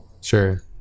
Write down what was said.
Sure